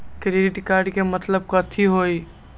Credit card के मतलब कथी होई?